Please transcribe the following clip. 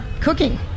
cooking